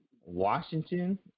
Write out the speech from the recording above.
Washington